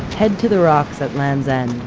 head to the rocks at lands end,